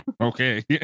Okay